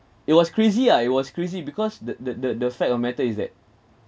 it was crazy ah it was crazy because the the the fact of matter is that